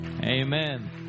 Amen